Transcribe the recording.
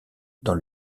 dans